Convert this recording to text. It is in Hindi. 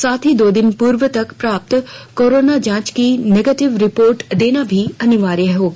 साथ ही दो दिन पूर्व तक प्राप्त कोरोना जांच की निगेटिव रिपोर्ट देना अनिवार्य होगा